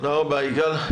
תודה רבה, יגאל.